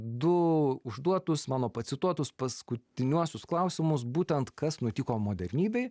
du užduotus mano pacituotus paskutiniuosius klausimus būtent kas nutiko modernybei